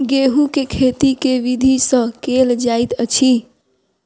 गेंहूँ केँ खेती केँ विधि सँ केल जाइत अछि?